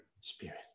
Spirit